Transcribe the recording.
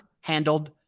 handled